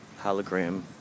hologram